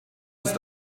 ist